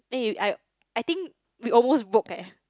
eh I I think we almost broke leh